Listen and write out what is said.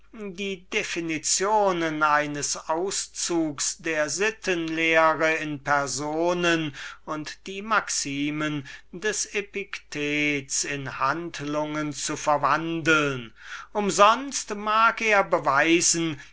die definitionen eines auszugs der sittenlehre in personen und die maximen des epictets in handlungen zu verwandeln umsonst mag er beweisen